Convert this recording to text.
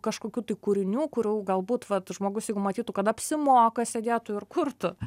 kažkokių tai kūrinių kurių galbūt vat žmogus jeigu matytų kad apsimoka sėdėtų ir kurtų